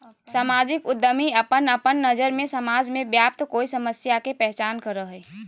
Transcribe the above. सामाजिक उद्यमी अपन अपन नज़र से समाज में व्याप्त कोय समस्या के पहचान करो हइ